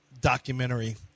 documentary